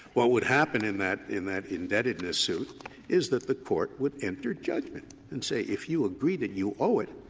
what would happen in that in that indebtedness suit is that the court would enter judgment and say, if you agree that you owe it,